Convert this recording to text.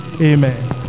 amen